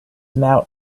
mouth